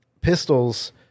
Pistols